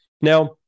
now